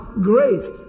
Grace